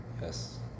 Yes